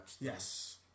Yes